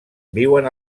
viuen